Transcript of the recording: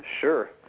Sure